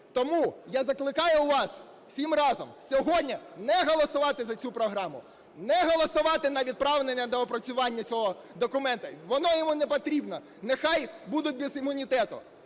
Тому я закликаю вас всім разом сьогодні не голосувати за цю програму, не голосувати на відправлення на доопрацювання цього документу, воно йому не потрібно, нехай будуть без імунітету,